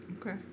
Okay